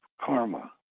karma